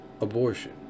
Abortion